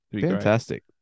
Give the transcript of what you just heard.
Fantastic